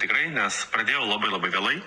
tikrai nes pradėjau labai labai vėlai